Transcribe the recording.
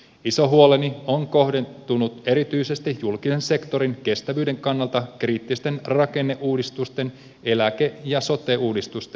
iso huoleni on kohdentunut erityisesti julkisen sektorin kestävyyden kannalta kriittisten rakenneuudistusten eläke ja sote uudistusten etenemiseen